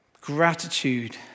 Gratitude